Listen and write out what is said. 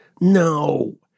No